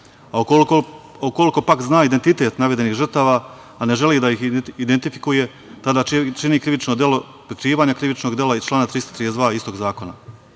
Ukoliko, pak, zna identitet navedenih žrtava, a ne želi da ih identifikuje, tada čini krivično delo prikrivanja krivičnog dela iz člana 332. istog zakona. Dakle,